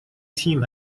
تیم